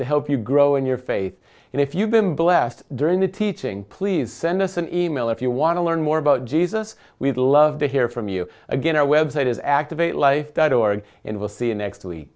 to help you grow in your faith and if you've been blessed during the teaching please send us an e mail if you want to learn more about jesus we'd love to hear from you again our web site is active a life that org and we'll see you next week